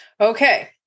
Okay